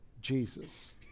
Jesus